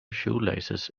shoelaces